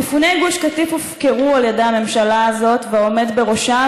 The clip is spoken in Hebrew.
מפוני גוש קטיף הופקרו על ידי הממשלה הזאת והעומד בראשה,